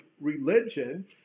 religion